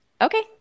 Okay